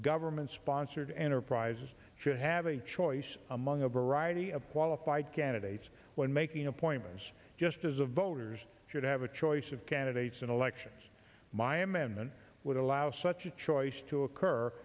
government sponsored enterprises should have a choice among a variety of qualified candidates when making appointments just as a voters should have a choice of candidates in elections my amendment would allow such a choice to occur